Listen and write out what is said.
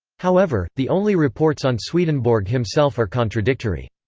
however, the only reports on swedenborg himself are contradictory.